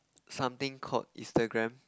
something called Instagram